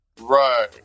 Right